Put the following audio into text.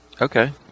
Okay